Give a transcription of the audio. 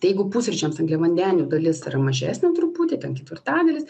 tai jeigu pusryčiams angliavandenių dalis yra mažesnė truputį ten ketvirtadalis